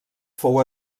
fou